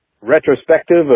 retrospective